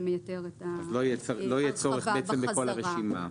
לא יהיה צורך בכל הרשימה.